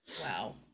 Wow